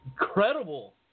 Incredible